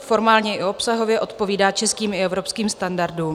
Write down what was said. Formálně i obsahově odpovídá českým i evropským standardům.